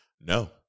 no